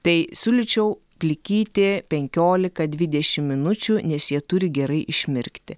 tai siūlyčiau plikyti penkiolika dvidešim minučių nes jie turi gerai išmirkti